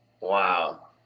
Wow